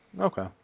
Okay